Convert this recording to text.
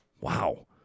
Wow